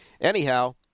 Anyhow